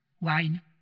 wine